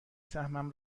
سهمم